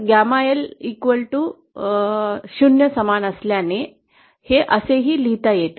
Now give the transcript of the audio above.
gamma L 0 समान असल्याने हे असे ही लिहिता येते